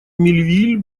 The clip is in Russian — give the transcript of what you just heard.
мельвиль